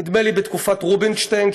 נדמה לי בתקופת רובינשטיין,